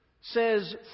says